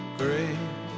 great